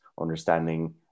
understanding